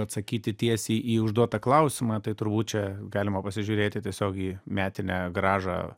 atsakyti tiesiai į užduotą klausimą tai turbūt čia galima pasižiūrėti tiesiog į metinę grąžą